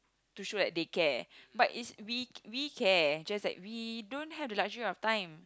to show that they care but it's we we care just that we don't have the luxury of time